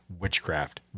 witchcraft